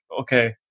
okay